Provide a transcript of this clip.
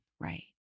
Right